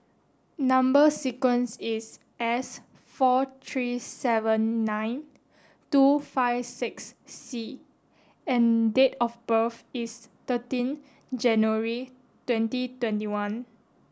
number sequence is S four three seven nine two five six C and date of birth is thirteen January twenty twenty one